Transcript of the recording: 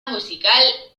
musical